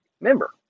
member